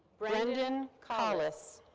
brendan kaulius.